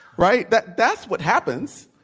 right? that's that's what happens.